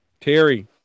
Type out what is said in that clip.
Terry